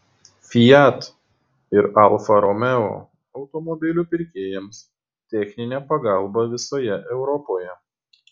fiat ir alfa romeo automobilių pirkėjams techninė pagalba visoje europoje